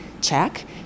check